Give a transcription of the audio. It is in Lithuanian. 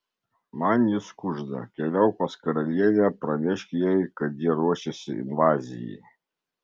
man jis kužda keliauk pas karalienę pranešk jai kad jie ruošiasi invazijai